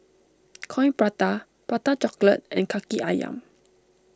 Coin Prata Prata Chocolate and Kaki Ayam